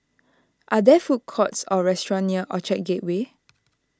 are there food courts or restaurants near Orchard Gateway